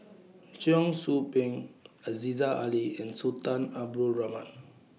Cheong Soo Pieng Aziza Ali and Sultan Abdul Rahman